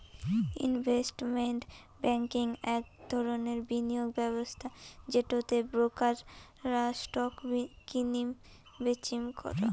investment banking আক ধরণের বিনিয়োগ ব্যবস্থা যেটো তে ব্রোকার রা স্টক কিনিম বেচিম করাং